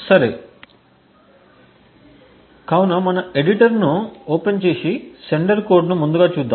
సరే కాబట్టి మన ఎడిటర్ను ఓపెన్చేసి సెండర్ కోడ్ను ముందుగా చూద్దాం